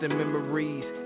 memories